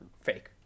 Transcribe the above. fake